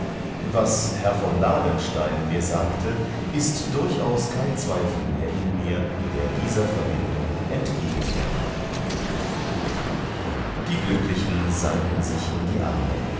was herr von ladenstein mir sagte ist durchaus kein zweifel mehr in mir der dieser verbindung entgegen wäre die glücklichen sanken sich in die arme